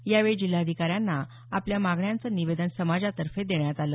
यावेळी जिल्हाधिकाऱ्यांना आपल्या मागण्यांचं निवेदन समाजातर्फे देण्यात आलं